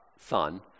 son